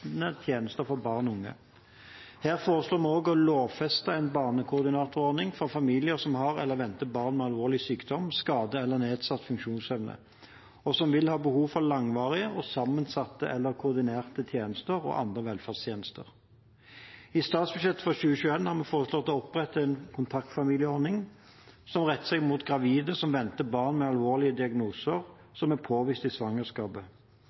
tjenester til barn og unge. Her foreslår vi også lovfeste en barnekoordinatorordning for familier som har eller venter barn med alvorlig sykdom, skade eller nedsatt funksjonsevne, og som vil ha behov for langvarige og sammensatte eller koordinerte tjenester og andre velferdstjenester. I statsbudsjettet for 2021 har vi foreslått å opprette en kontaktfamilieordning som retter seg mot gravide som venter barn med en alvorlig diagnose som er påvist i svangerskapet.